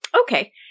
Okay